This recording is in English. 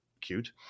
cute